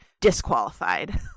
disqualified